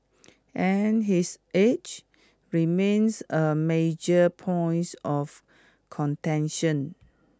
and his age remains a major points of contention